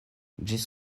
ĝis